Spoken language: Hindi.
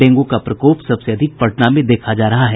डेंगू का प्रकोप सबसे अधिक पटना में देखा जा रहा है